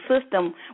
system